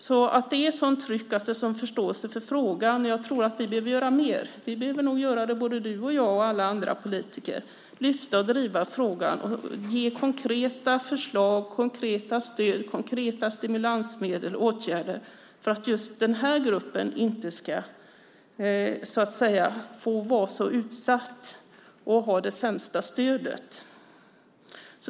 Det är ett sådant tryck och sådan förståelse för frågan. Jag tror att vi behöver göra mer. Vi behöver nog göra det, både du och jag och alla andra politiker, lyfta och driva frågan och ge konkreta förslag, konkreta stöd, konkreta stimulansmedel och åtgärder för att just den här gruppen inte ska få vara så utsatt och ha det sämsta stödet.